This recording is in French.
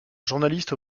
journaliste